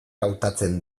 hautatzen